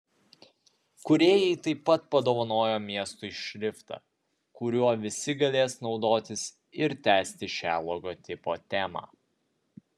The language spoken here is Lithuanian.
kūrėjai taip pat padovanojo miestui šriftą kuriuo visi galės naudotis ir tęsti šią logotipo temą